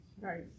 Right